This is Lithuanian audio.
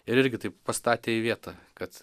ir irgi taip pastatė į vietą kad